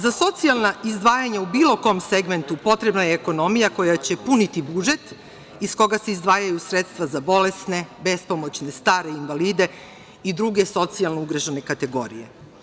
Za socijalna izdvajanja u bilo kom segmentu potrebna je ekonomija koja će puniti budžet iz koga se izdvajaju sredstva za bolesne, bespomoćne, stare, invalide i druge socijalno ugrožene kategorije.